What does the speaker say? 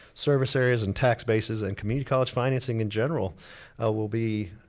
service areas and tax bases and community college financing in general will be